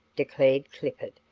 declared clifford.